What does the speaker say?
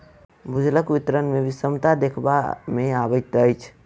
भूजलक वितरण मे विषमता देखबा मे अबैत अछि